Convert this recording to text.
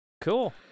Cool